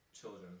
children